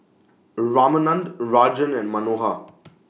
Ramanand Rajan and Manohar